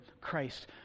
Christ